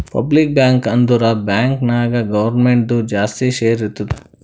public bank ಅಂದುರ್ bank ನಾಗ್ ಗೌರ್ಮೆಂಟ್ದು ಜಾಸ್ತಿ ಶೇರ್ ಇರ್ತುದ್